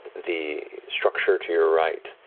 the structure to your right,